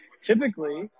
typically